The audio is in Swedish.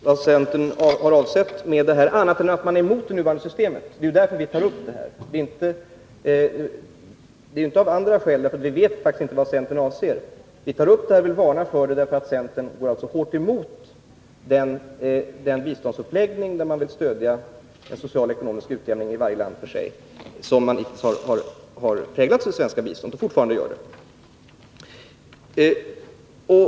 Herr talman! Det är litet svårt att få grepp om vad centern avsett med sin motion annat än att man är emot det nuvarande systemet — det är därför vi tar upp detta. Det är inte av andra skäl, för vi vet faktiskt inte vad centern avser. Vi tar upp resonemanget och vill varna för det, därför att det innebär att centern går hårt emot den uppläggning av biståndet som innebär att man vill stödja en social och ekonomisk utjämning i varje land för sig, vilket hittills har präglat det svenska biståndet och fortfarande gör det.